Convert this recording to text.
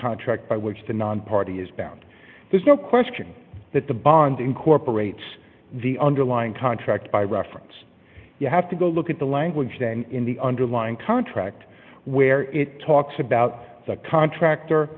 contract by which the nonparty is bound there's no question that the bond incorporates the underlying contract by reference you have to go look at the language in the underlying contract where it talks about the contractor